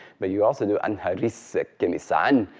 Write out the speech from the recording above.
but you also do, anha risse kemisaan,